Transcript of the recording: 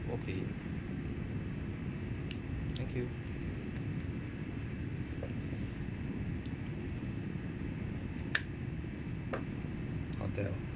okay thank you hotel